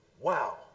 wow